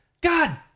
God